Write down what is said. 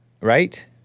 right